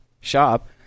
shop